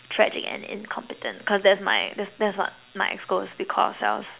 tragic and incompetent cause that my that's that's what my schools we call ourselves